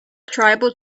tribal